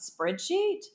spreadsheet